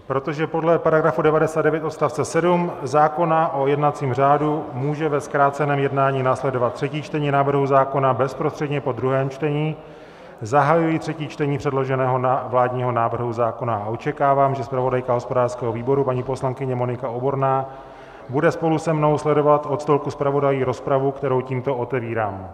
Protože podle § 99 odst. 7 zákona o jednacím řádu může ve zkráceném jednání následovat třetí čtení návrhu zákona bezprostředně po druhém čtení, zahajuji třetí čtení předloženého vládního návrhu zákona a očekávám, že zpravodajka hospodářského výboru paní poslankyně Monika Oborná bude spolu se mnou sledovat od stolku zpravodajů rozpravu, kterou tímto otevírám.